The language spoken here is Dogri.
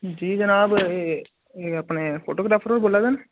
जी जनाब एह् एह् अपने फोटोग्राफर होर बोल्ला दे न